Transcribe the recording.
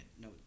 no